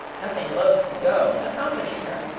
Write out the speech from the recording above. nothing loth to go, accompanied her.